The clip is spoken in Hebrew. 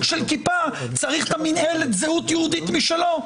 של כיפה צריך את מנהלת זהות יהודית משלו.